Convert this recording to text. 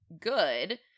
good